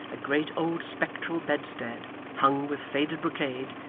a great old spectral bedstead, hung with faded brocade,